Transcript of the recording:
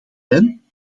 zijn